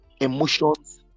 emotions